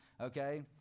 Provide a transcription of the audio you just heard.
Okay